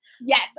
Yes